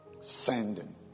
Sending